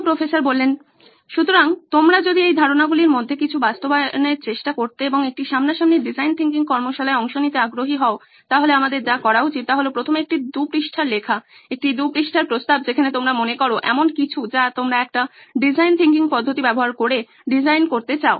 professor 2 সুতরাং তোমরা যদি এই ধারণাগুলির মধ্যে কিছু বাস্তবায়নের চেষ্টা করতে এবং একটি সামনাসামনি ডিজাইন থিংকিং কর্মশালায় অংশ নিতে আগ্রহী হও তাহলে আমাদের যা করা উচিত তা হল প্রথমে একটি 2 পৃষ্ঠার লেখা একটি 2 পৃষ্ঠার প্রস্তাব যেখানে তোমরা মনে করো এমন কিছু যা তোমরা একটি ডিজাইন থিংকিং পদ্ধতি ব্যবহার করে ডিজাইন করতে চাও